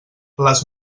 les